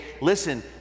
listen